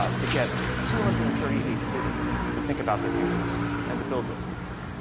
ah to get two hundred and thirty eight cities to think about their futures and to build these futures?